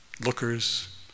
lookers